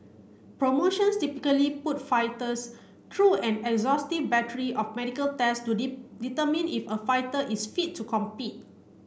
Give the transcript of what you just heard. promotions typically put fighters through an exhaustive battery of medical tests to determine if a fighter is fit to compete